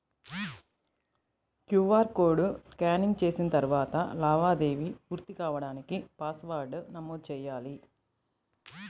QR code scanning చేసిన తరువాత లావాదేవీ పూర్తి కాడానికి పాస్వర్డ్ను నమోదు చెయ్యాలి